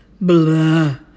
Blah